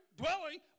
dwelling